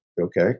okay